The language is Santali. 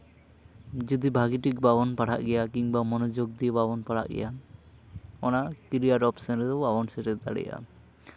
ᱡᱩᱫᱤ ᱵᱷᱟᱹᱜᱤ ᱴᱷᱤᱠ ᱵᱟᱵᱚᱱ ᱯᱟᱲᱦᱟᱜ ᱜᱮᱭᱟ ᱠᱤᱢᱵᱟ ᱢᱚᱱᱳᱡᱳᱜᱽ ᱫᱤᱭᱮ ᱵᱟᱵᱚᱱ ᱯᱟᱲᱦᱟᱜ ᱜᱮᱭᱟ ᱚᱱᱟ ᱠᱨᱤᱭᱟᱨ ᱚᱯᱷᱥᱮᱱ ᱨᱮᱫᱚ ᱵᱟᱵᱚᱱ ᱥᱮᱴᱮᱨ ᱫᱟᱲᱮᱭᱟᱜᱼᱟ